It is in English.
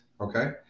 okay